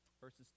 Verses